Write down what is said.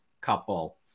couple